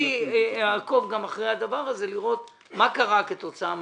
אני אעקוב אחרי הדבר הזה כדי לראות מה קרה כתוצאה מהשימוע.